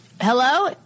hello